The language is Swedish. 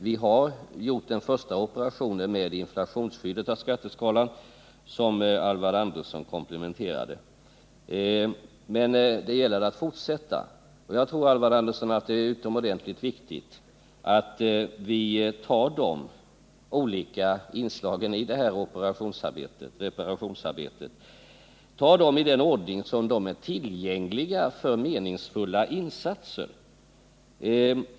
Vi har gjort den första operationen i och med införandet av inflationsskyddade skatteskalor, något som Alvar Andersson komplimenterade oss för. Men det gäller att fortsätta med andra åtgärder. Jag tror det är utomordentligt viktigt, Alvar Andersson, att vi tar de olika inslagen i detta reparationsarbete i den ordning som de är tillgängliga för meningsfulla insatser.